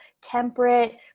temperate